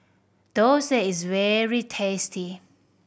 dosa is very tasty